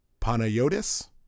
Panayotis